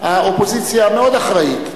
האופוזיציה מאוד אחראית,